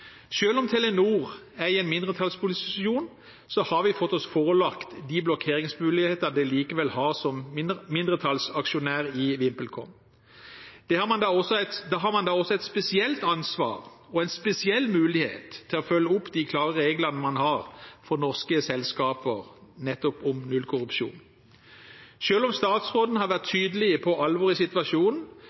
om Telenor er i en mindretallsposisjon, har vi fått oss forelagt de blokkeringsmuligheter de likevel har som mindretallsaksjonær i VimpelCom. Da har en da også et spesielt ansvar for og en spesiell mulighet til å følge opp de klare reglene en har for norske selskaper nettopp om nullkorrupsjon. Selv om statsråden har vært tydelig på alvoret i situasjonen,